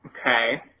Okay